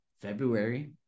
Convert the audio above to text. February